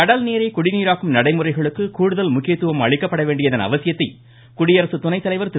கடல்நீரை குடிநீராக்கும் நடைமுறைகளுக்கு கூடுதல் முக்கியத்துவம் அளிக்கப்பட வேண்டியதன் அவசியத்தை குடியரசுத்துணை தலைவர் திரு